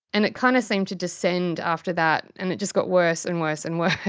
and it kind of seemed to descend after that and it just got worse and worse and worse.